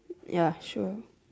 ya sure